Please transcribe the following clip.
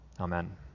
Amen